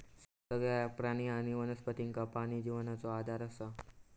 सगळ्या प्राणी आणि वनस्पतींका पाणी जिवनाचो आधार असा